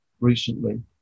recently